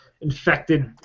infected